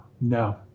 no